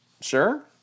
Sure